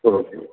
ಹ್ಞೂ ಹ್ಞೂ